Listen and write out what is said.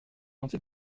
gentil